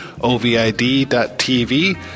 O-V-I-D.tv